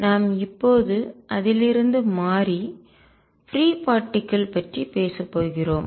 நாம் இப்போது அதிலிருந்து மாறி பிரீ பார்ட்டிக்கல் துகள்கள் பற்றி பேசப்போகிறோம்